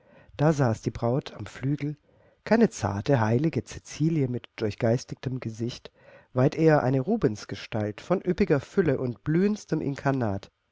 da saß die braut am flügel keine zarte heilige cäcilie mit durchgeistigtem gesicht weit eher eine rubensgestalt von üppiger fülle und blühendstem inkarnat